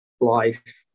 life